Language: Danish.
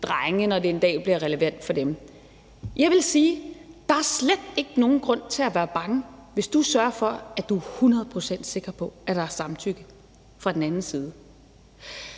drenge, når det en dag bliver relevant for dem? Jeg vil sige: Der er slet ikke nogen grund til at være bange, hvis du sørger for, at du er hundrede procent sikker på, at der er samtykke fra den andens side.